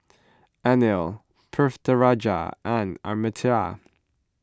Anil Pritiviraj and Amartya